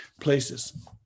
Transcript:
places